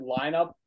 lineup